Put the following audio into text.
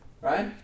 Right